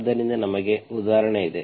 ಆದ್ದರಿಂದ ನಮಗೆ ಉದಾಹರಣೆ ಇದೆ